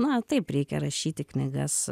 na taip reikia rašyti knygas